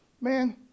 man